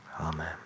Amen